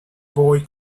boy